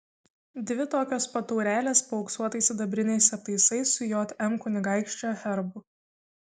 dvi tokios pat taurelės paauksuotais sidabriniais aptaisais su jm kunigaikščio herbu